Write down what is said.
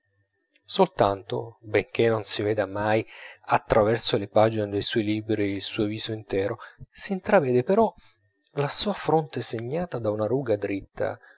soltanto benchè non si veda mai a traverso le pagine del suoi libri il suo viso intero si intravvede però la sua fronte segnata da una ruga diritta